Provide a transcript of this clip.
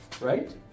right